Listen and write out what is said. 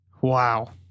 Wow